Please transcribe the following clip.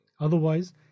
Otherwise